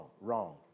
wrong